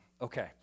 Okay